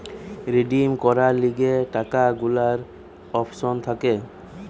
redeem করার লিগে টাকা গুলার অপশন থাকে